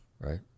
right